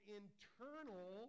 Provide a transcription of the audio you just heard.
internal